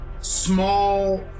small